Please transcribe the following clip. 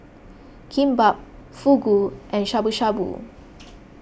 Kimbap Fugu and Shabu Shabu